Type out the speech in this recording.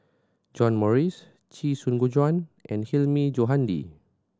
John Morrice Chee Soon Juan and Hilmi Johandi